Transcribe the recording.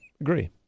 agree